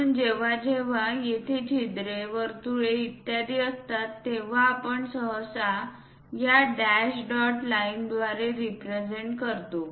म्हणून जेव्हा जेव्हा तेथे छिद्रे वर्तुळे इत्यादी असतात तेव्हा आपण सहसा या डॅश डॉट लाइनद्वारे रिप्रेझेंट करतो